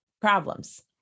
problems